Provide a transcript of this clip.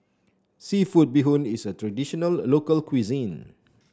seafood Bee Hoon is a traditional local cuisine